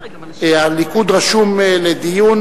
הליכוד רשום לדיון,